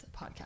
podcast